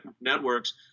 networks